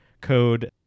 code